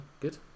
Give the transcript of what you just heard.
good